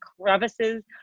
crevices